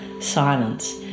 silence